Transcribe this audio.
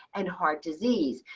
and heart disease.